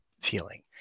feeling